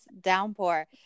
downpour